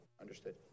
Understood